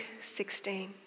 16